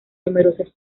numerosas